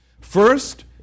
First